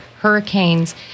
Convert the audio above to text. hurricanes